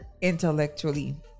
intellectually